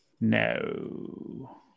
No